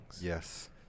Yes